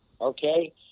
okay